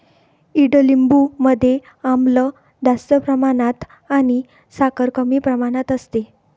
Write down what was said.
ईडलिंबू मध्ये आम्ल जास्त प्रमाणात आणि साखर कमी प्रमाणात असते